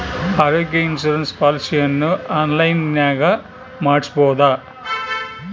ಆರೋಗ್ಯ ಇನ್ಸುರೆನ್ಸ್ ಪಾಲಿಸಿಯನ್ನು ಆನ್ಲೈನಿನಾಗ ಮಾಡಿಸ್ಬೋದ?